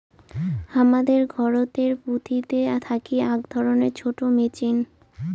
হামাদের ঘরতের বুথিতে থাকি আক ধরণের ছোট মেচিন